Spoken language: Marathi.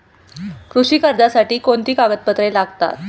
कृषी कर्जासाठी कोणती कागदपत्रे लागतात?